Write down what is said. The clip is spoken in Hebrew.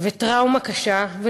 וטראומה קשה,